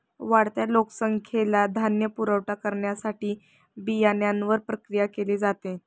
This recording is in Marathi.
वाढत्या लोकसंख्येला धान्य पुरवठा करण्यासाठी बियाण्यांवर प्रक्रिया केली जाते